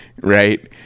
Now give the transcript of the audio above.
right